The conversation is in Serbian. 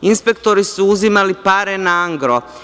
Inspektori su uzimali pare na gro.